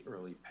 early